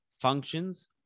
functions